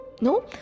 no